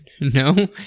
No